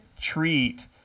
treat